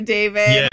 David